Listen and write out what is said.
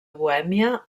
bohèmia